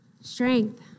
Strength